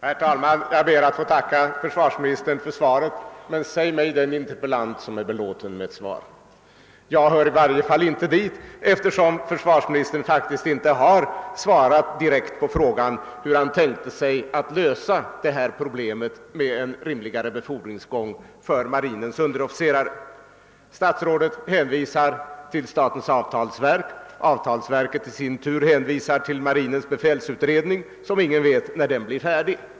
Herr talman! Jag ber att få tacka försvarsministern för svaret, men säg mig den interpellant som är belåten med ett svar! Jag är det i varje fall inte, eftersom försvarsminstern inte har direkt svarat på frågan om hur han tänkte sig att lösa problemet med en rimligare befordringsgång för marinens underofficerare. Statsrådet hänvisar till statens avtalsverk, och avtalsverket hänvisar i sin tur till marinens befälsutredning, men ingen vet när den blir färdig.